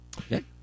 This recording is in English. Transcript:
Okay